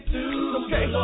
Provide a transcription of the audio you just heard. okay